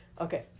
Okay